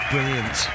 brilliant